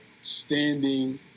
standing